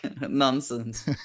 nonsense